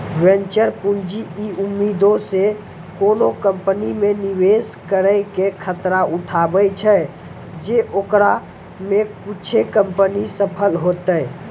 venture पूंजी इ उम्मीदो से कोनो कंपनी मे निवेश करै के खतरा उठाबै छै जे ओकरा मे कुछे कंपनी सफल होतै